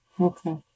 Okay